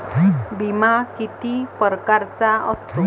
बिमा किती परकारचा असतो?